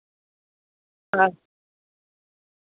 अं